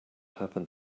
happened